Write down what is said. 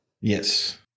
Yes